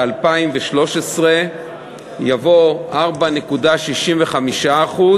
ב-2013 יבוא 4.65%,